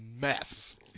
mess